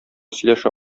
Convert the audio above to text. сөйләшә